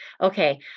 okay